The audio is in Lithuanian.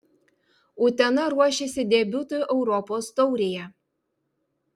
utena ruošiasi debiutui europos taurėje